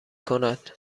کند